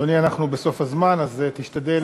אדוני, אנחנו בסוף הזמן, אז תשתדל לסכם את הנקודה.